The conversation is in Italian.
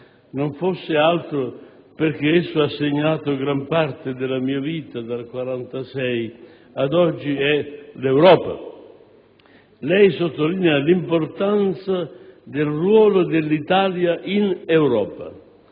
non fosse altro perché esso ha segnato gran parte della mia vita dal '46 ad oggi, è l'Europa. Lei sottolinea l'importanza del ruolo dell'Italia in Europa,